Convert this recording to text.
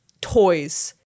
toys